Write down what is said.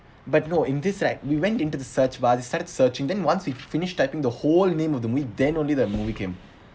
but no in this right we went into the search bar to start searching then once we've finished typing the whole name of the movie then only the movie came